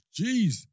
jeez